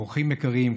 אורחים יקרים,